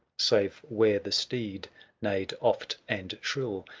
save where the steed neighed oft and shrill.